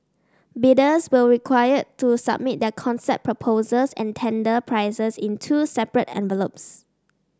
bidders were required to submit their concept proposals and tender prices in two separate envelopes